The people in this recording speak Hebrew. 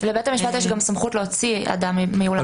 לבית המשפט יש גם סמכות להוציא אדם מאולם בית המשפט.